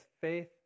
faith